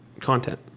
content